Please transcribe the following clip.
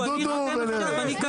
דובי ונראה.